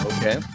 Okay